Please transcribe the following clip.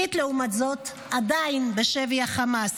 קית', לעומת זאת, עדיין בשבי החמאס.